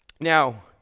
now